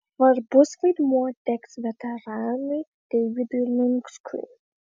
svarbus vaidmuo teks veteranui deivydui lunskiui